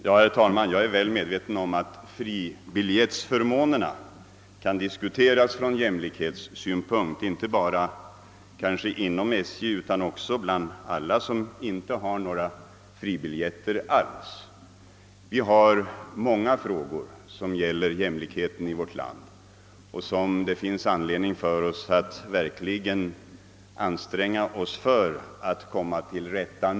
Herr talman! Jag är väl medveten om att fribiljettsförmånerna kan diskuteras från jämlikhetssynpunkt inte bara när det gäller personalen inom SJ utan också med tanke på alla som inte har några fribiljetter alls. Det finns många frågor som gäller jämlikheten i vårt land som vi har all anledning att lägga ned an strängningar på att lösa.